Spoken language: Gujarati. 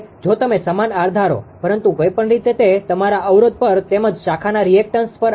જો તમે સમાન r ધારો પરંતુ કોઈપણ રીતે તે તમારા અવરોધ પર તેમજ શાખાના રીએક્ટન્સreactanceપ્રતિક્રિયા પર આધારિત છે